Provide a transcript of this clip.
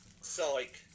Psych